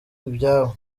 ibyabo